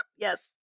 Yes